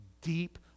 deep